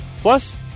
Plus